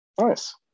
Nice